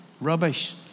rubbish